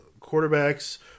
quarterbacks